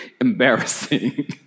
Embarrassing